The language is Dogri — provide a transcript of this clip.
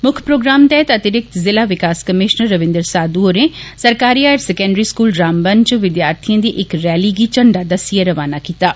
मुक्ख प्रोग्राम तैह्त अतिरिक्त ज़िला विकास कमीष्नर रविन्द्र साधु होरें सरकारी हायर सेकेन्द्री स्कूल रामबन च चिद्यार्थिएं दी इक रैली गी झण्डा दस्सियै रवाना कीत्ता